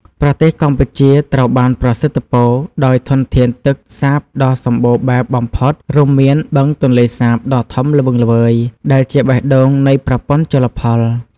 ប្រទេសកម្ពុជាត្រូវបានប្រសិទ្ធពរដោយធនធានទឹកសាបដ៏សម្បូរបែបបំផុត រួមមានបឹងទន្លេសាបដ៏ធំល្វឹងល្វើយ ដែលជាបេះដូងនៃប្រព័ន្ធជលផល។